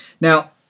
Now